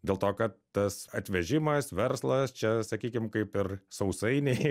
dėl to kad tas atvežimas verslas čia sakykim kaip ir sausainiai